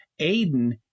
Aiden